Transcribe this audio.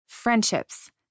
Friendships